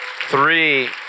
Three